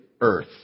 earth